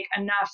enough